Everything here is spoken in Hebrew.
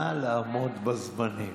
נא לעמוד בזמנים.